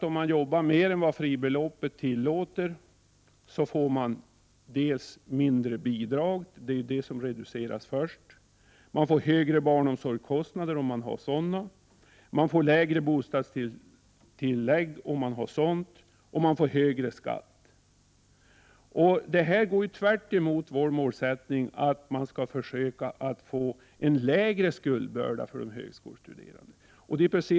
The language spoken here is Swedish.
Om man tjänar mer än vad fribeloppet tillåter, får man mindre bidrag-— det är ju bidraget som reduceras först —, högre barnomsorgskostnader, om man har sådana, lägre bostadstillägg och högre skatt. Detta går ju tvärtemot vår målsättning, att man skall försöka att få en lägre skuldbörda för de högskolestuderande.